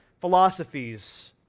philosophies